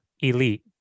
elite